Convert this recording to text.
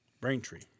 Braintree